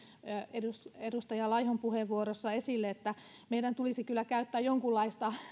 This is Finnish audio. edustaja edustaja laihon puheenvuorossa esille meidän tulisi kyllä käyttää jonkunlaista